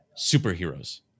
superheroes